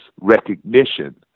recognition